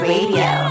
Radio